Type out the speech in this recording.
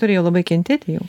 turėjo labai kentėti jau